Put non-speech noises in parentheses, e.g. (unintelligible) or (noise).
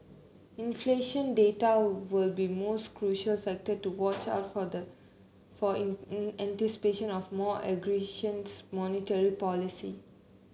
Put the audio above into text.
inflation data will be most crucial factor to watch out for the for (unintelligible) anticipation of more aggressions monetary policy